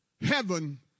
heaven